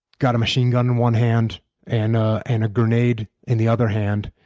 got a machine gun in one hand and ah and a grenade in the other hand,